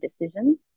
decisions